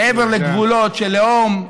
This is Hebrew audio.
מעבר לגבולות של לאום,